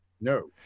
No